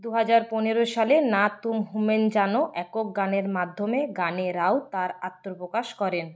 দু হাজার পনেরো সালে না তুম হুমেন জানো একক গানের মাধ্যমে গানে রাও তাঁর আত্মপ্রকাশ করেন